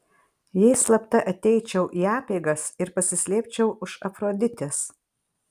jei slapta ateičiau į apeigas ir pasislėpčiau už afroditės